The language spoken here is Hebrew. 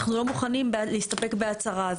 אנחנו לא מוכנים להסתפק בהצהרה,